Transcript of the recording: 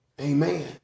Amen